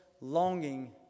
longing